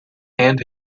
and